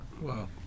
Wow